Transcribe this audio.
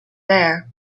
there